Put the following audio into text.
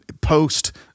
post